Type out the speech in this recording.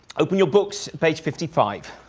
open your books, page fifty five.